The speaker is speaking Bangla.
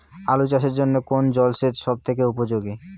আলু চাষের জন্য কোন জল সেচ সব থেকে উপযোগী?